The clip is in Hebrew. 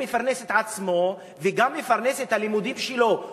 הוא מפרנס את עצמו וגם מפרנס את הלימודים שלו.